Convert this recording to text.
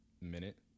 minute